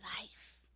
life